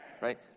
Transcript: Right